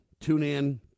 TuneIn